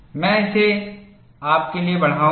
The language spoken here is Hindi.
मैं इसे आपके लिए बढ़ाऊंगा